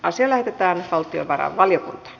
asia lähetettiin valtiovarainvaliokuntaan